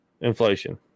inflation